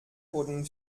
wurden